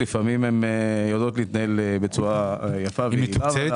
לפעמים הן יודעות להתנהל בצורה יפה ומקצועית.